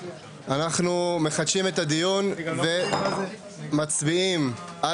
אנחנו מחדשים את הדיון ומצביעים על